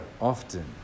often